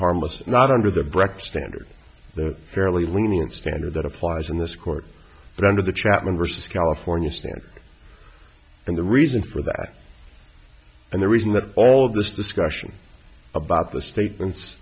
harmless not under the direct standard the fairly lenient standard that applies in this court under the chapman versus california standard and the reason for that and the reason that all this discussion about the statements